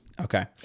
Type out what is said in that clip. Okay